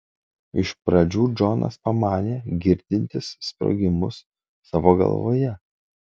iš pradžių džonas pamanė girdintis sprogimus savo galvoje